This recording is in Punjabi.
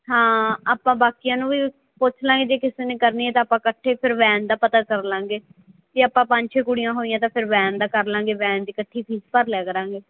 ਹਾਂ ਆਪਾਂ ਬਾਕੀਆਂ ਨੂੰ ਵੀ ਪੁੱਛ ਲਾਂਗੇ ਜੇ ਕਿਸੇ ਨੇ ਕਰਨੀ ਹੈ ਤਾਂ ਆਪਾਂ ਇਕੱਠੇ ਫਿਰ ਵੈਨ ਦਾ ਪਤਾ ਕਰ ਲਾਂਗੇ ਜੇ ਆਪਾਂ ਪੰਜ ਛੇ ਕੁੜੀਆਂ ਹੋਈਆ ਤਾਂ ਫਿਰ ਵੈਨ ਦਾ ਕਰ ਲਾਂਗੇ ਵੈਨ ਦੀ ਇਕੱਠੀ ਫੀਸ ਭਰ ਲਿਆ ਕਰਾਂਗੇ